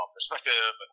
perspective